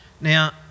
Now